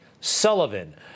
Sullivan